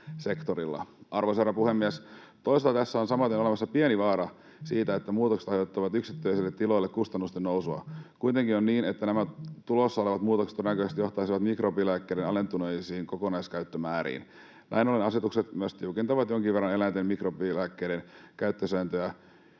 Arvoisa herra puhemies! Toisaalta tässä on samaten olemassa pieni vaara siitä, että muutokset aiheuttavat yksittäisille tiloille kustannusten nousua. Kuitenkin on niin, että nämä tulossa olevat muutokset todennäköisesti johtaisivat mikrobilääkkeiden alentuneisiin kokonaiskäyttömääriin. Näin ollen asetukset myös tiukentavat jonkin verran eläinten mikrobilääkkeiden käyttösääntöjä,